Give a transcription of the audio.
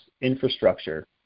infrastructure